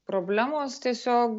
problemos tiesiog